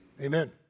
Amen